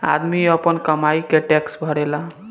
आदमी आपन कमाई के टैक्स भरेला